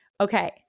Okay